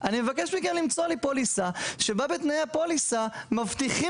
אני מבקש ממכם למצוא לי פוליסה שבה בתנאי הפוליסה מבטיחים